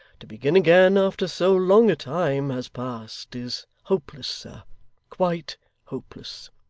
to begin again after so long a time has passed is hopeless, sir quite hopeless